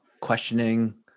questioning